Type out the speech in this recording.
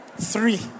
Three